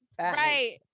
Right